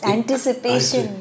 Anticipation